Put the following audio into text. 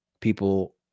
people